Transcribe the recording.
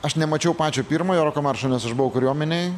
aš nemačiau pačio pirmojo roko maršo nes aš buvau kariuomenėj